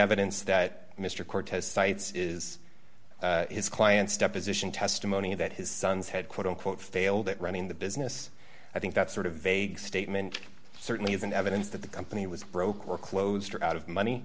evidence that mr cortez cites is his client's deposition testimony that his sons had quote unquote failed at running the business i think that sort of vague statement certainly isn't evidence that the company was broke or closed or out of money